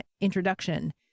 introduction